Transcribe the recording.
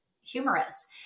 humorous